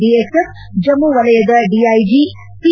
BSF Jammu ವಲಯದ DIG P